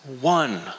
one